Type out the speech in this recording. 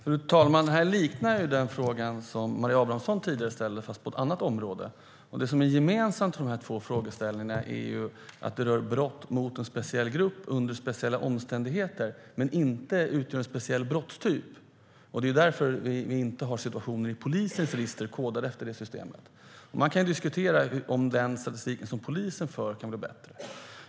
Fru talman! Den här frågan liknar den som Maria Abrahamsson tidigare ställde, fast på ett annat område. Det som är gemensamt för de två frågeställningarna är att de rör brott mot en speciell grupp under speciella omständigheter men inte utgör en speciell brottstyp. Det är därför man inte i polisens register kodar enligt detta system. Man kan diskutera om den statistik som polisen för kan bli bättre.